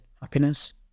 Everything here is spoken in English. happiness